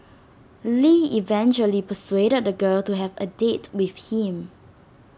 lee eventually persuaded the girl to have A date with him